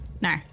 No